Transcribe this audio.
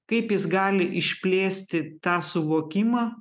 kaip jis gali išplėsti tą suvokimą